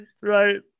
Right